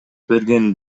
берген